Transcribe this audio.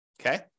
okay